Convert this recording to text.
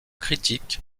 critique